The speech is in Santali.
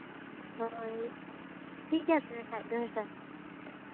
ᱦᱳᱭ ᱴᱷᱤᱠ ᱜᱮᱭᱟ ᱛᱚᱵᱮ ᱠᱷᱟᱱ ᱫᱚ ᱦᱮᱸ ᱥᱮ